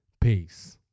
Peace